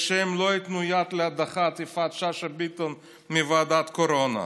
והם לא ייתנו יד להדחת יפעת שאשא ביטון מוועדת הקורונה.